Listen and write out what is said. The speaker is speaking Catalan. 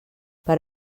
per